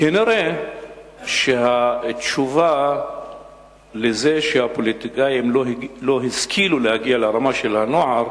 כנראה התשובה לזה שהפוליטיקאים לא השכילו להגיע לרמה של הנוער